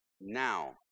now